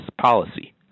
policy